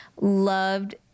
Loved